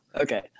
Okay